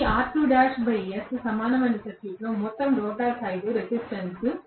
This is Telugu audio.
ఈ R2's సమానమైన సర్క్యూట్లో మొత్తం రోటర్ సైడ్ రెసిస్టెన్స్